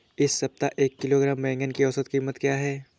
इस सप्ताह में एक किलोग्राम बैंगन की औसत क़ीमत क्या है?